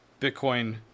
Bitcoin